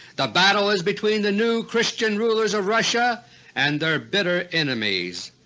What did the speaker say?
the battle is between the new christian rulers of russia and their bitter enemies.